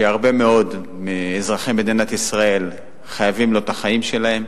שהרבה מאוד מאזרחי מדינת ישראל חייבים לו את החיים שלהם,